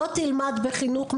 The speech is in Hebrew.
לא תלמד בחינוך מיוחד.